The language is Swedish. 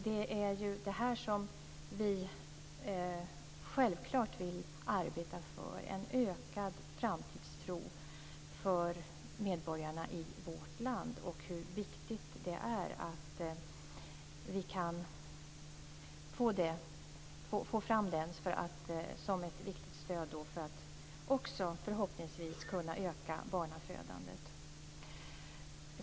Det är detta som vi självklart vill arbeta för: En ökad framtidstro för medborgarna i vårt land. Det är viktigt att vi kan få fram den som ett viktigt stöd för att förhoppningsvis också kunna öka barnafödandet.